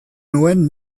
nuen